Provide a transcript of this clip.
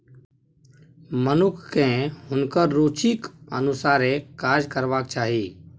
मनुखकेँ हुनकर रुचिक अनुसारे काज करबाक चाही